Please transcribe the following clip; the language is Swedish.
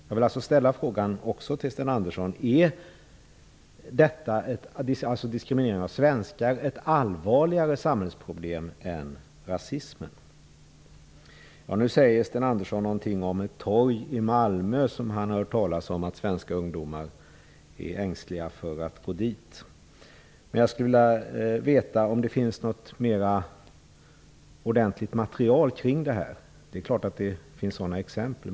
Jag vill också ställa frågan till Sten Andersson: Är diskrimineringen av svenskar ett allvarligare samhällsproblem än rasismen? Sten Andersson sade någonting om ett torg i Malmö - han hade hört talas om att svenska ungdomar är rädda för att gå dit. Jag skulle vilja veta om det finns något mer ordentligt material i detta avseende. Det är klart att det finns sådana exempel.